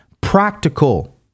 practical